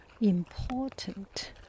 Important